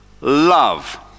love